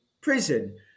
prison